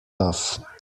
tough